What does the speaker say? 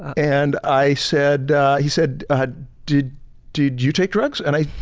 and i said he said ah did did you take drugs and i